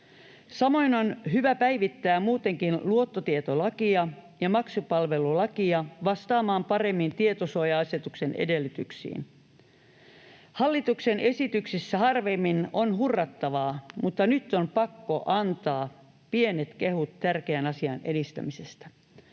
Samoin on hyvä päivittää muutenkin luottotietolakia ja maksupalvelulakia vastaamaan paremmin tietosuoja-asetuksen edellytyksiin. Hallituksen esityksissä harvemmin on hurrattavaa, mutta nyt on pakko antaa pienet kehut tärkeän asian edistämisestä.